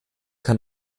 kann